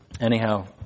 Anyhow